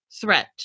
threat